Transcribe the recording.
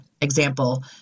Example